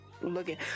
looking